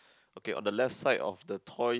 okay on the left side of the toys